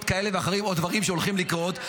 ------- כאלה ואחרים או דברים שהולכים לקרות,